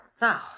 Now